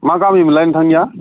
मा गामि मोनलाय नोंथांनिया